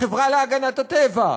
החברה להגנת הטבע,